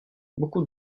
beaucoup